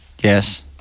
Yes